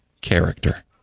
character